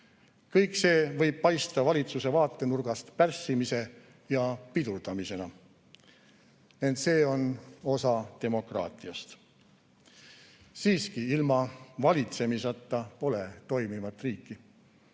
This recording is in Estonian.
Kõik see võib paista valitsuse vaatenurgast pärssimise ja pidurdamisena. Ent see on osa demokraatiast. Siiski, ilma valitsemiseta pole toimivat riiki.